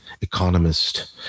economist